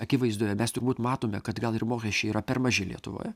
akivaizdoje mes turbūt matome kad gal ir mokesčiai yra per maži lietuvoje